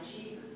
Jesus